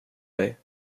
dig